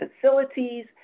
facilities